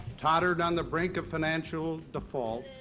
tottered on the brink of financial default